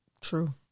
True